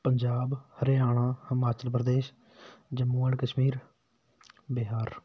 Punjab Haryana Himachal Pradesh Jammu and Kashmir Bihar